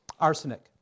arsenic